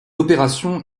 opération